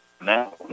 Now